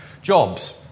Jobs